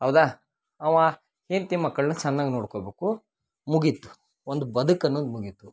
ಹೌದಾ ಅವ ಹೆಂಡತಿ ಮಕ್ಕಳನ್ನ ಚೆನ್ನಾಗಿ ನೋಡ್ಕೊಬೇಕು ಮುಗಿತು ಒಂದು ಬದುಕು ಅನ್ನೋದು ಮುಗಿತು